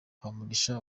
habumugisha